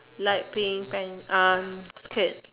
light pink pant um skirt